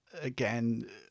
Again